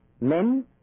Men